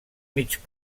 mig